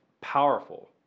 powerful